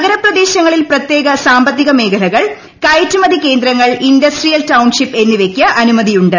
നഗരപ്രദേശങ്ങളിൽ പ്രത്യേക സാമ്പത്തിക മേഖലകൾ കയറ്റുമതി കേന്ദ്രങ്ങൾ ഇൻഡസ്ട്രിയൽ ടൌൺഷിപ്പ് എന്നിവക്ക് അനുമതിയുണ്ട്